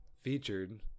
featured